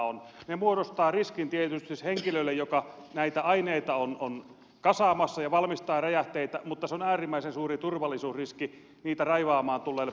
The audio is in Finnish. ne muodostavat riskin tietysti henkilölle joka näitä aineita on kasaamassa ja valmistaa räjähteitä mutta se on äärimmäisen suuri turvallisuusriski niitä raivaamaan tulleelle poliisille